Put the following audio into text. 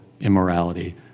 immorality